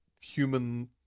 human